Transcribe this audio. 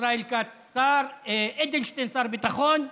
ישראל כץ שר, אדלשטיין שר ביטחון,